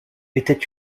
était